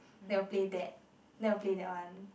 they will play that they will play their one